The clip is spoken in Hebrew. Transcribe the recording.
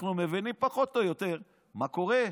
אנחנו מבינים פחות או יותר מה קורה,